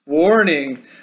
Warning